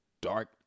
dark